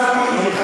אני אומר לכם,